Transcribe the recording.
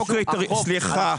יותר